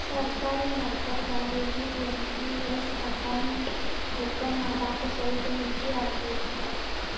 ಸರ್ಕಾರಿ ನೌಕರದಾರಿಗಿ NPS account open ಮಾಡಾಕ ಸ್ವಲ್ಪ ಈಜಿ ಆಗತೈತ